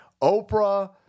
Oprah